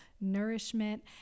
nourishment